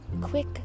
quick